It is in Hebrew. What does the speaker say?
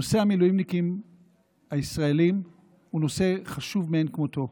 נושא המילואימניקים הישראלים הוא נושא חשוב מאין כמותו.